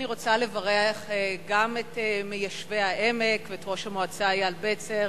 אני רוצה לברך גם את מיישבי העמק ואת ראש המועצה אייל בצר